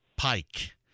Pike